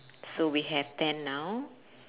so we have ten now